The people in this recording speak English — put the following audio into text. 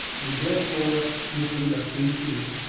and therefore would conduct him to it.